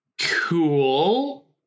cool